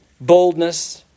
boldness